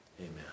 Amen